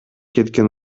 кеткен